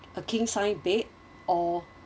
a king sized bed or